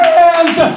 hands